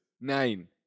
Nine